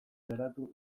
geratu